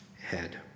head